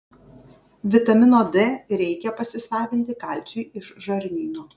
vitamino d reikia pasisavinti kalciui iš žarnyno